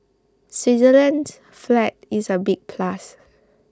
Switzerland's flag is a big plus